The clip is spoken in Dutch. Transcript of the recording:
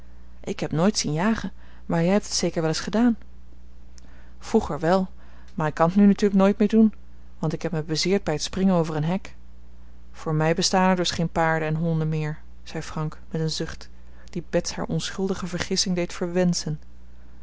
ik heb nooit zien jagen maar jij hebt het zeker wel's gedaan vroeger wel maar ik kan t nu natuurlijk nooit meer doen want ik heb me bezeerd bij het springen over een hek voor mij bestaan er dus geen paarden en honden meer zei frank met een zucht die bets haar onschuldige vergissing deed